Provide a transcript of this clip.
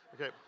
okay